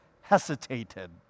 hesitated